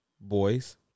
boys